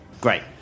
Great